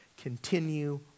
Continue